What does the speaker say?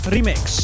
Remix